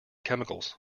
chemicals